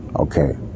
Okay